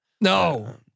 No